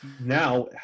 now